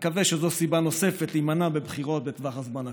נקווה שזו סיבה נוספת להימנע מבחירות בטווח הזמן הקרוב.